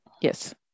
Yes